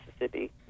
Mississippi